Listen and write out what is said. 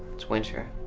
it's winter.